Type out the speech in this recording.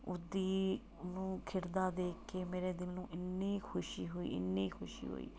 ਉਹਦੀ ਓ ਖਿੜਦਾ ਵੇਖ ਕੇ ਮੇਰੇ ਦਿਲ ਨੂੰ ਇੰਨੀ ਖੁਸ਼ੀ ਹੋਈ ਇੰਨੀ ਖੁਸ਼ੀ ਹੋਈ